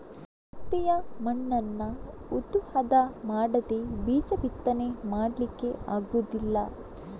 ಗದ್ದೆಯ ಮಣ್ಣನ್ನ ಉತ್ತು ಹದ ಮಾಡದೇ ಬೀಜ ಬಿತ್ತನೆ ಮಾಡ್ಲಿಕ್ಕೆ ಆಗುದಿಲ್ಲ